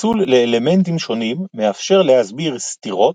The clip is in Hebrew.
הפיצול לאלמנטים שונים מאפשר להסביר סתירות,